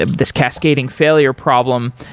ah this cascading failure problem.